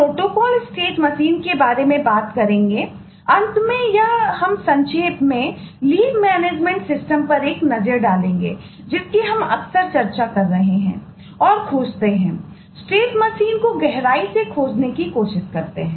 यह state machine diagram को गहराई से खोजने की कोशिश करते हैं